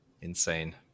insane